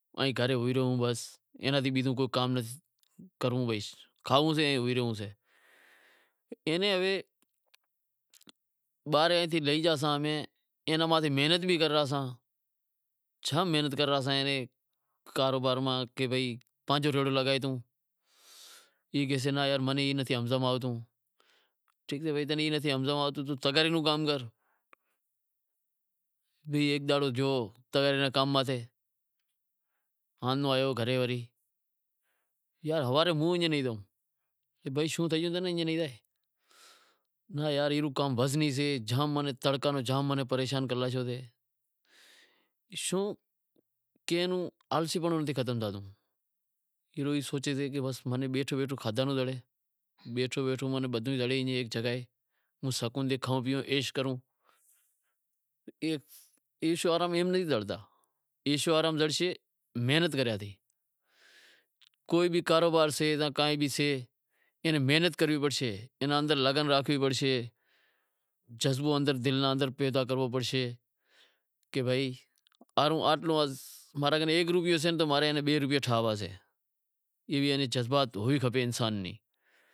ایئں گھرے بیہی رہیو سے بیزو کو کام کرنڑو پئیسے، کھائنڑو سے ہوئے رہیو سے، بارہیں سیں لئی گیاسیں، اینے ماتھے محنت بھی کرے رہیا ساں، چھا محنت کرے رہیا ساں، کاروبار میں کہاوشاں پانجو ریڑہو لگاشو تو ای کہاشے یار ناں ای ماں نیں ہمز میں نتھی آوتو، ٹھیک اے بھائی تمیں ای ہمز میں نتھی آوتو تو توں تغاری روں کام کر، بھئی ایک دہاڑو گیو تغاری رے کام ماتھے، شام رو ہڑے آیو گھرے، یار ہوارے ہوں ای نیں کراں، بھائی شوں تھئی گیو تنیں، یار ای کام وزنی سے، تڑکاں میں جام پریشان کرے لاشو سے، شوں کے نوں آلسی پنڑو ختم نتھی تھیتو، ایم بیٹھو سوچے کہ بیٹھو بیٹھو کھادہاں ناں زڑے، بیٹھوں بیٹھوں ماناں بدہوں زڑے زائے ایک ئی جگا، ہوں سکون سیں کھائوں پیئوں عیش کروں، عیش آرام ایم نئیں زڑتا عیش آرام زڑشے محنت کریانتے، کوئی بھی کاروبار سے یا کائی بھی سے محنت کرنڑی پڑشے، اینا اندر لگن راکھنڑو پڑشے جذبو تناں اندر پیدا کرنڑو پڑشے، کہ بھائی میں کن ایک روپیو سے تو میں ناں بئے روپیا ٹھاونڑا سے ای جذبات ہونڑ کھپے انسان میں